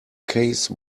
case